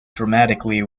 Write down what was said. dramatically